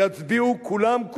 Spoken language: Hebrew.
יצביעו כולם,